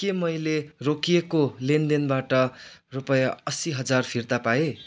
के मैले रोकिएको लेनदेनबाट रुपियाँ असी हजार फिर्ता पाएँ